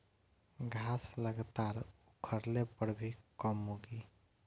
घास लगातार उखड़ले पर भी कम उगी